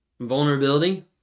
Vulnerability